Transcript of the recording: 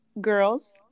Girls